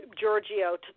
Giorgio